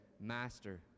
Master